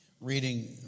Reading